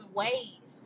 ways